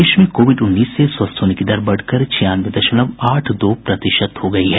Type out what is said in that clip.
देश में कोविड उन्नीस से स्वस्थ होने की दर बढ़कर छियानवे दशमलव आठ दो प्रतिशत हो गई है